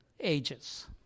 ages